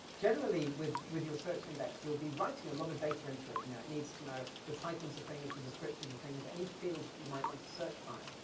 generally, with with your search index, you'll be writing a lot of data into it, you know, it needs to know the titles of things, the descriptions of things, any fields that you might want to search by.